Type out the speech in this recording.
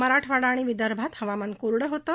मराठवाडा आणि विदर्भात हवामान कोरडं होतं